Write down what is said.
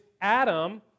Adam